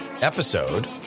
episode